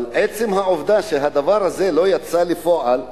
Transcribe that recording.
אבל עצם העובדה שהדבר הזה לא יצא לפועל עדיין,